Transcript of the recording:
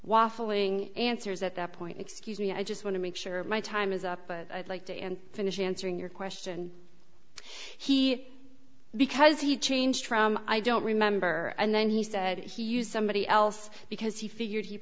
waffling answers at that point excuse me i just want to make sure my time is up a like day and finish answering your question he because he changed from i don't remember and then he said he used somebody else because he figured he